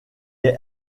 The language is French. est